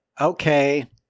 okay